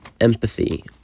empathy